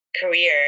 career